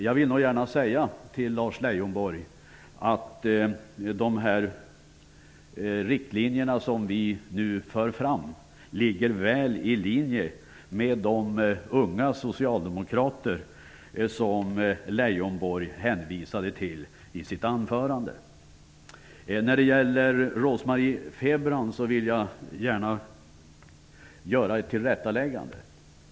Jag vill gärna säga till Lars Leijonborg att de riktlinjer vi nu för fram ligger väl i linje med budskapet från de unga socialdemokrater Leijonborg hänvisade till i sitt anförande. När det gäller Rose-Marie Frebrans anförande vill jag gärna göra ett tillrättaläggande.